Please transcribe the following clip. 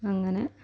അങ്ങനെ